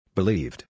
Believed